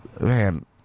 Man